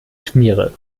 schmiere